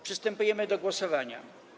Przystępujemy do głosowania.